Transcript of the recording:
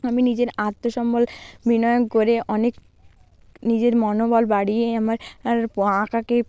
আমি নিজের আত্মসম্বল বিনিয়োগ করে অনেক নিজের মনোবল বাড়িয়ে আমার আর আঁকাকে